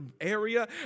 area